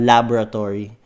Laboratory